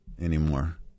anymore